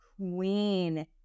queen